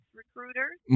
recruiters